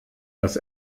dass